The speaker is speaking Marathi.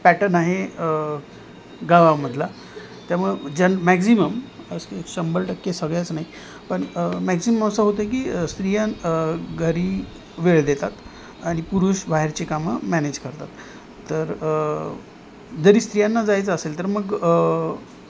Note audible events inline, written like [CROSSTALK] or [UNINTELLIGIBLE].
पॅटन आहे गावामधला त्यामुळं जण मॅक्झिमम [UNINTELLIGIBLE] शंभर टक्के सगळेच नाही पण मॅक्झिम असं होतं की स्त्रिया घरी वेळ देतात आणि पुरुष बाहेरचे कामं मॅनेज करतात तर जरी स्त्रियांना जायचं असेल तर मग